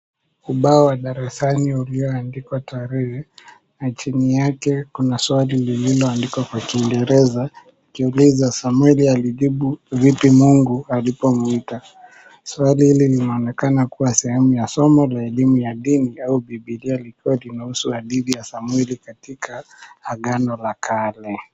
Ubao wa darasani ulioandikwa tarehe na chini yake kuna swali lililoandikwa kwa kiingereza likiuliza Samueli alijibu vipi Mungu alipomwita. Swali hili linaonekana kuwa sehemu ya somo la elimu ya dini au bibilia likiwa linahusu hadithi ya Samueli katika agano la kale.